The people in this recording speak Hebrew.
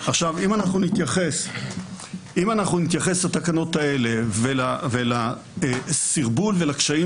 אם נתייחס לתקנות האלה ולסרבול ולקשיים